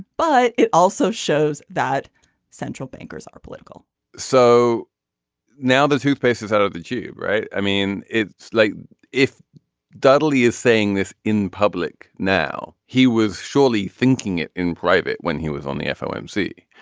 but it also shows that central bankers are political so now the toothpaste is out of the tube right. i mean it's like if dudley is saying this in public. now he was surely thinking it in private when he was on the fomc.